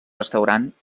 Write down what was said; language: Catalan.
restaurant